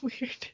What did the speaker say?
weird